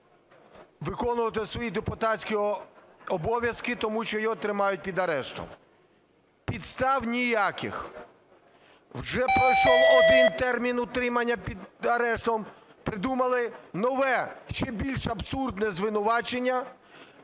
виконувати свої депутатські обов'язки, тому що його тримають під арештом. Підстав ніяких. Вже пройшов один термін утримання під арештом, придумали нове ще більш абсурдне звинувачення